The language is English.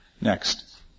Next